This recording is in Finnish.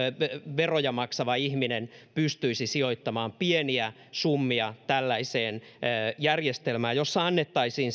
veroja maksava ihminen pystyisi sijoittamaan pieniä summia tällaiseen järjestelmään jossa annettaisiin